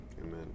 Amen